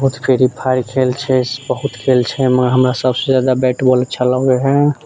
बहुत free fire खेल छै बहुत खेल छै मगर हमरा सबसे अच्छा बैट बॉल अच्छा लगैत हय